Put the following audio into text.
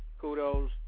kudos